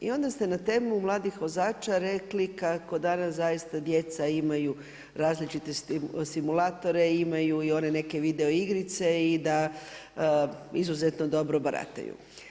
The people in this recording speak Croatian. I onda ste na temu mladih vozača rekli kako danas zaista djeca imaju različite simulatore, imaju i one neke video igrice i da izuzetno dobro barataju.